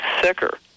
sicker